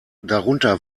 darunter